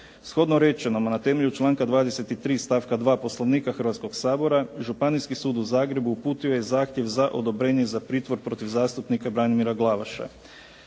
Shodno rečenom a na temelju članka 23. stavka 2. Poslovnika Hrvatskoga sabora Županijski sud u Zagrebu uputio je zahtjev za odobrenje za pritvor protiv zastupnika Branimira Glavaša.